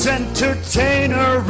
entertainer